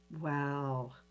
Wow